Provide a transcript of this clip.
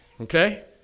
Okay